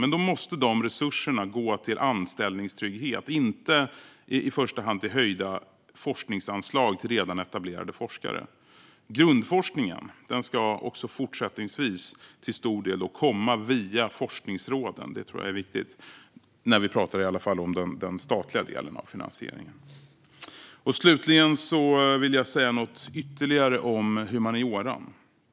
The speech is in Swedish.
Men då måste de resurserna gå till anställningstrygghet, inte i första hand till höjda forskningsanslag till redan etablerade forskare. Grundforskningen ska också fortsättningsvis till stor del komma via forskningsråden. Det tror jag är viktigt, i alla fall när vi talar om den statliga delen av finansieringen. Slutligen vill jag säga något ytterligare om humanioran.